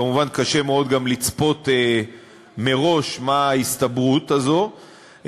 כמובן קשה מאוד גם לצפות מה ההסתברות הזאת,